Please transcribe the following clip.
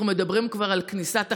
אנחנו מדברים כבר על כניסת החג,